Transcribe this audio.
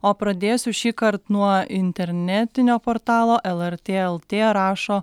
o pradėsiu šįkart nuo internetinio portalo lrt lt rašo